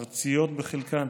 ארציות בחלקן,